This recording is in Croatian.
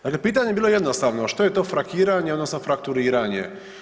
Dakle pitanje je bilo jednostavno, što je to frakiranje odnosno frakturiranje?